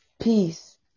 peace